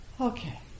okay